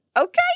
Okay